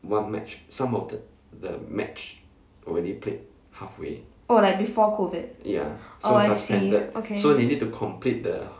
oh like before COVID oh I see okay